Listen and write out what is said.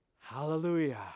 Hallelujah